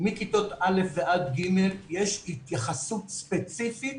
מכיתות א' ועד ג', יש התייחסות ספציפית